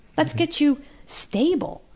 let's get you stable,